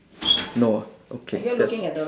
no okay